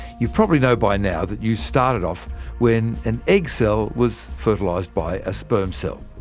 you probably know by now that you started off when an egg cell was fertilized by a sperm cell.